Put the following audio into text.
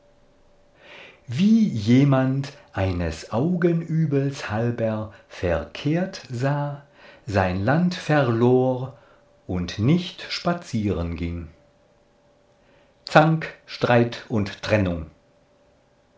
wie jemand eines augenübels halber verkehrt sah sein land verlor und nicht spazieren ging zank streit und trennung